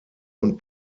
und